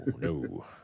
no